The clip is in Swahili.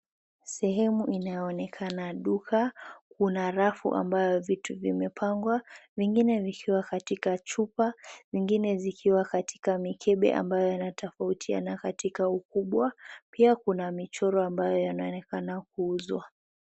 Sehemu inayoonekana duka kuna rafu ambayo vitu vimepangwa zingine zikiwa katika chupa zingine zikiwa katika mikebe ambayo yanatafautiana katika ukubwa pia kuna michoro ambayo yanaoonekana kuuzwa.